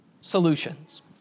solutions